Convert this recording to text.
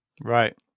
right